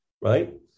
right